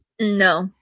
No